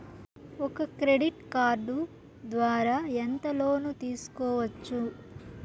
ఒక credit card ద్వారా ఎంత లోను తీసుకోవచ్చు?